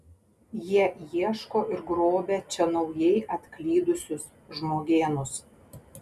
jie ieško ir grobia čia naujai atklydusius žmogėnus